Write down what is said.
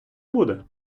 буде